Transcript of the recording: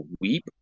weep